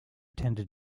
tended